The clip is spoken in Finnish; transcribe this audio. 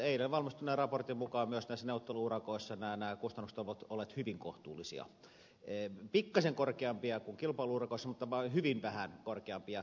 eilen valmistuneen raportin mukaan myös näissä neuvottelu urakoissa kustannukset ovat olleet hyvin kohtuullisia pikkasen korkeampia kuin kilpailu urakoissa mutta vain hyvin vähän korkeampia